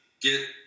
get